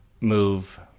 move